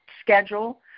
schedule